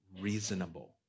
reasonable